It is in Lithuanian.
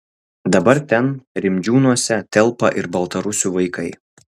dabar ten rimdžiūnuose telpa ir baltarusių vaikai